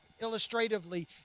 Illustratively